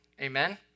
amen